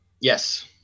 Yes